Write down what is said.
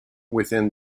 within